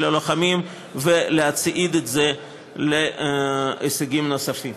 הלוחמים ולהצעיד את זה להישגים נוספים.